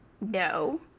no